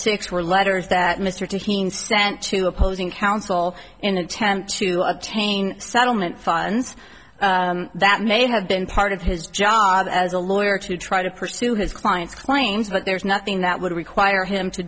six were letters that mr taking sent to opposing counsel in an attempt to obtain settlement funds that may have been part of his job as a lawyer to try to pursue his client's claims but there is nothing that would require him to